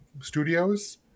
Studios